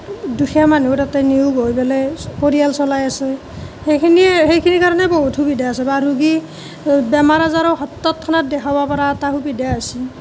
দুখীয়া মানুহ তাতে নিয়োগ হৈ পেলাই পৰিয়াল চলাই আছে সেইখিনিয়ে সেইখিনিৰ কাৰণে বহুত সুবিধা হৈছে বা ৰোগী বেমাৰ আজাৰো তৎক্ষনাত দেখাব পাৰে এটা সুবিধা আছে